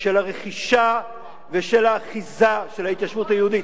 של הרכישה ושל האחיזה של ההתיישבות היהודית,